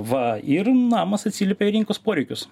va ir namas atsiliepia į rinkos poreikius